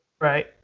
Right